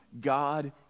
God